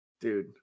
Dude